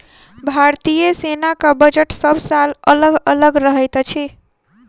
भारतीय सेनाक बजट सभ साल अलग अलग रहैत अछि